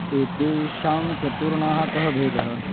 एतेषां चतुर्णां कः भेदः